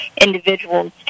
individuals